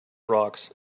rocks